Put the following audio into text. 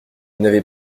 n’avais